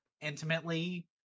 intimately